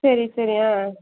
சரி சரி ஆ